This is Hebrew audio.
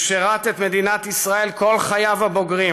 הוא שירת את מדינת ישראל כל חייו הבוגרים,